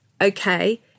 Okay